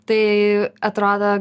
tai atrodo